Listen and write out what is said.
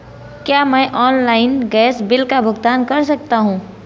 क्या मैं online gas bill का भुगतान कर सकता हूँ?